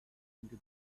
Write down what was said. into